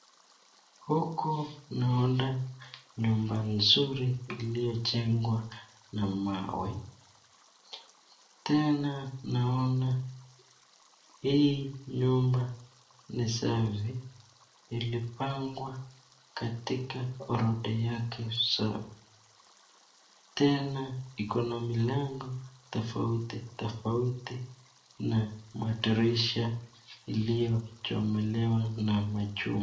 Huku naona nyumba nzuri iliojengwa na mawe, tena naona hii nyumba ni safi ilipangwa katika orodha yake sawa, tena iko na milango tofauti tofauti na madirisha iliyochomelewa na chuma.